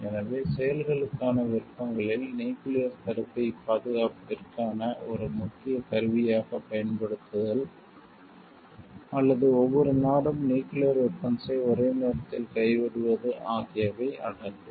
எனவே செயல்களுக்கான விருப்பங்களில் நியூக்கிளியர்த் தடுப்பை பாதுகாப்பிற்கான ஒரு முக்கிய கருவியாகப் பயன்படுத்துதல் அல்லது ஒவ்வொரு நாடும் நியூக்கிளியர் வெபன்ஸ்ஸை ஒரே நேரத்தில் கைவிடுவது ஆகியவை அடங்கும்